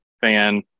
fan